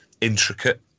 intricate